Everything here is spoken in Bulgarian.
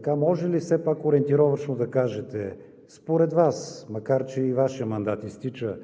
г. Може ли все пак ориентировъчно да кажете според Вас, макар че и Вашият мандат изтича: